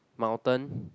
mountain